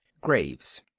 Graves